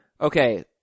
Okay